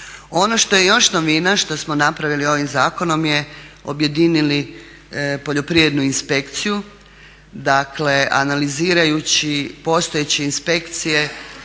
Ono što je još novina, što smo napravili ovim zakonom je objedinili poljoprivrednu inspekciju. Dakle, analizirajući postojeće inspekcije,